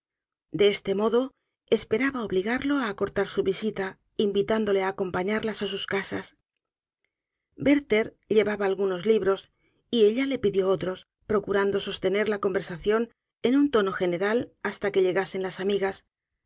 de este modo esperaba obligarlo á acortar su visita invitándole á acompañarlas á sus casas werther llevaba algunos libros y ella le pidió otros procurando sostener la conversación en un tono general hasta que llegasen las amigas